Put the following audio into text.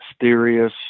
mysterious